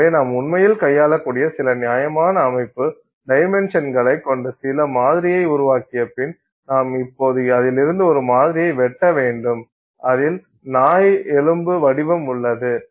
எனவே நாம் உண்மையில் கையாளக்கூடிய சில நியாயமான அமைப்பு டைமென்ஷன்கலை கொண்ட சில மாதிரியை உருவாக்கிய பின் நாம் இப்போது அதிலிருந்து ஒரு மாதிரியை வெட்ட வேண்டும் அதில் நாய் எலும்பு வடிவம் உள்ளது